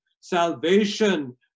salvation